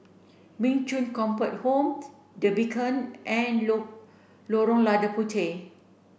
Min Chong Comfort Home The Beacon and Lorong Lada Puteh